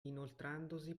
inoltrandosi